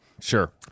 sure